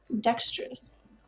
dexterous